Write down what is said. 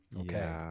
Okay